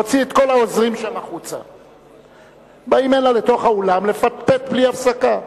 הם באים הנה, לתוך האולם, לפטפט בלי הפסקה.